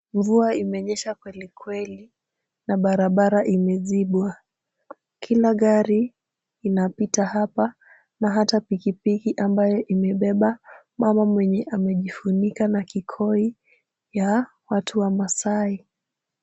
Mvua imenyesha kweli kweli, na barabara imezibwa. Kila gari inapita hapa, na hata pikipiki ambayo imebeba mama mwenye amejifunika na kikoi ya watu wamasai.